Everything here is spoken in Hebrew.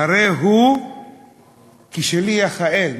הרי הוא כשליח האל.